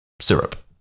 syrup